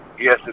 Yes